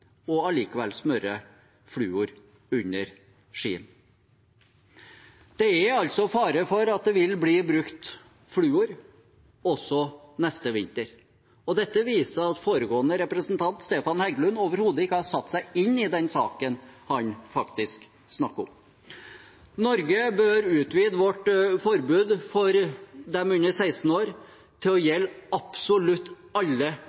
og allikevel smører fluor under skiene. Det er altså fare for at det vil bli brukt fluor også neste vinter. Dette viser at foregående taler, Stefan Heggelund, overhodet ikke har satt seg inn i saken han faktisk snakker om. Norge bør utvide sitt forbud på skirenn for dem under 16 år til å gjelde absolutt alle